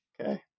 Okay